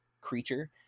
creature